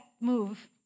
move